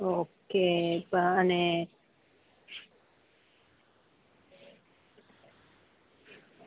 okay અને